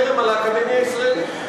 על חרם,